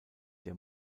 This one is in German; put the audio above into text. der